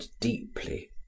deeply